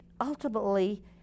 ultimately